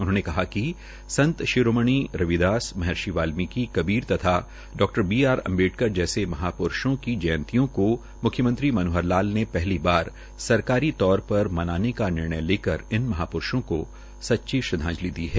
उन्होंने कहा कि संत शिरोमणी रविदास महर्षि वाल्मीकि कबीर तथा डॉबीआर अम्बेडकर जैसे महाप्रूषों की जयंतियों को म्ख्यमंत्री मनोहर लाल ने पहली बार सरकारी तौर पर मनाने का निर्णय लेकर इन महापुरूषों को सच्ची श्रृद्घांजलि दी है